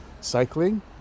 cycling